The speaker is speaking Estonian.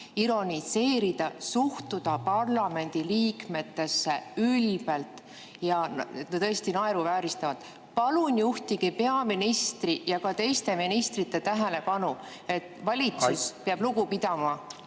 ironiseerida, suhtuda parlamendi liikmetesse ülbelt ja tõesti naeruvääristavalt. Palun juhtige peaministri ja ka teiste ministrite tähelepanu sellele, et valitsus peab lugu pidama